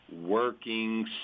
working